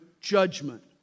judgment